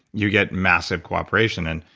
you get massive cooperation. and